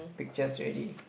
pictures already